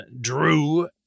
Drew